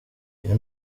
iyo